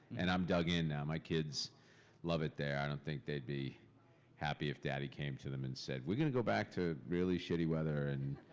and i'm dug in now. my kids love it there. i don't think they'd be happy if daddy came to them and said, we're gonna go back to really shitty weather and